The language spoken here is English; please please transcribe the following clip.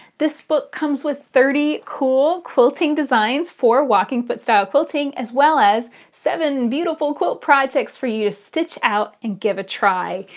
this book comes with thirty cool quilting designs for walking foot-style quilting, as well as seven beautiful quilt projects for you to stitch out and give a try.